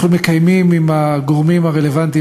אנחנו מקיימים עם הגורמים הרלוונטיים